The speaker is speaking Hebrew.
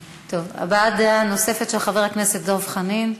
הבעת דעה נוספת, של חבר הכנסת דב חנין.